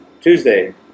Tuesday